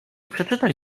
przeczytaj